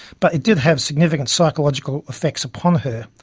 but it did have significant psychological effects upon her.